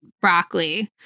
broccoli